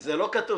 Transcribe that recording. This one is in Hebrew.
זה לא כתום.